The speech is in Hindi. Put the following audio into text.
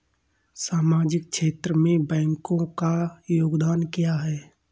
सामाजिक क्षेत्र में बैंकों का योगदान क्या है?